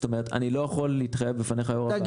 ואני לא יכול להתחייב בפניך, יו"ר הוועדה.